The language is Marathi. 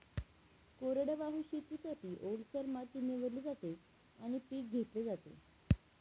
कोरडवाहू शेतीसाठी, ओलसर माती निवडली जाते आणि पीक घेतले जाते